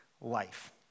life